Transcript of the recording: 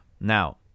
Now